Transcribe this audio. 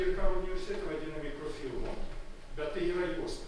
ir karolio universitete vadina mikrofilmu bet tai yra juosta